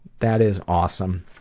that is awesome.